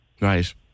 Right